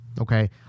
okay